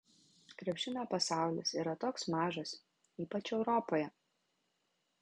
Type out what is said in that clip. krepšinio pasaulis yra toks mažas ypač europoje